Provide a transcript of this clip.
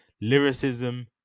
lyricism